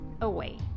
away